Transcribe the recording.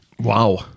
Wow